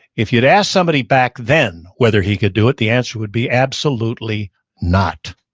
if you'd asked somebody back then whether he could do it, the answer would be absolutely not.